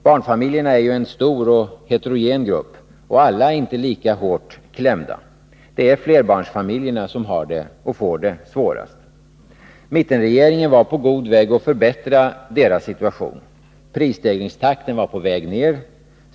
Barnfamiljerna är ju en stor och heterogen grupp, och alla är inte lika hårt klämda. Det är flerbarnsfamiljerna som har och får det svårast. Mittenregeringen var på god väg att förbättra deras situation. Prisstegringstakten var på väg ner.